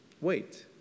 Wait